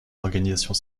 organisations